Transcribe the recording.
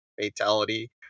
fatality